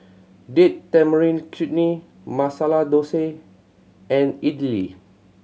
Date Tamarind Chutney Masala Dosa and Idili